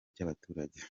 by’abaturage